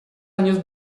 años